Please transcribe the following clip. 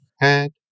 head